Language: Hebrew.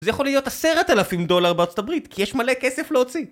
זה יכול להיות עשרת אלפים דולר בארצות הברית כי יש מלא כסף להוציא